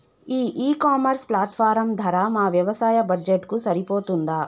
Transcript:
ఈ e commerce platform ధర మా వ్యవసాయ బడ్జెట్ కు సరిపోతుందా?